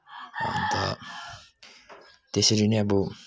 अन्त त्यसरी नै अब